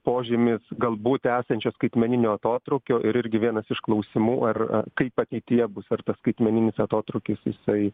požymis galbūt esančio skaitmeninio atotrūkio ir irgi vienas iš klausimų ar kaip ateityje bus ar tas skaitmeninis atotrūkis jisai